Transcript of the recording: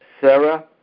Sarah